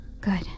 Good